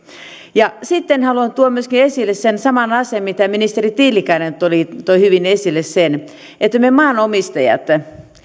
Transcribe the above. valtavasti sitten haluan tuoda esille myöskin sen saman asian mitä ministeri tiilikainen toi hyvin esille että me maanomistajat